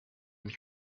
mich